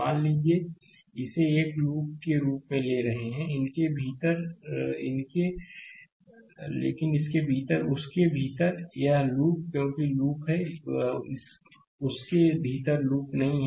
मान लीजिए इसे एक लूप के रूप में ले रहे हैं लेकिन इसके भीतर उस के भीतर यह लूप है क्योंकि लूप है उसके भीतर लूप नहीं है